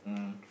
um